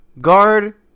guard